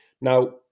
Now